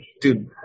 dude –